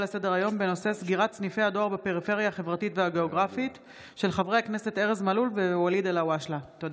לסדר-היום של חברי הכנסת ארז מלול וואליד אלהואשלה בנושא: